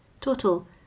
Total